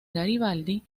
garibaldi